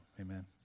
amen